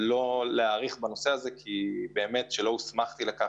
לא להאריך בנושא הזה כי לא הוסמכתי לכך